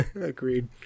Agreed